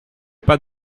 pas